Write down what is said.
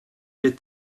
est